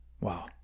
Wow